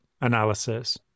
analysis